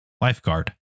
lifeguard